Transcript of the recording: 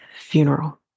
funeral